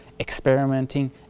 experimenting